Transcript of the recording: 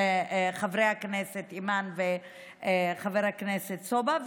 חברי הכנסת אימאן וחבר הכנסת סובה,